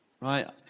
right